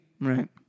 Right